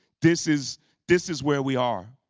this is this is where we are.